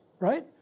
Right